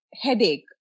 headache